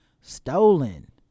stolen